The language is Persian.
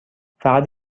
فقط